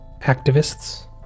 Activists